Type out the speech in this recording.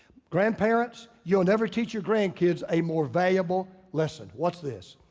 grandparents, you will never teach your grandkids a more valuable lesson. watch this,